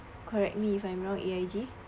correct me if I'm wrong A_I_G